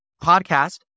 podcast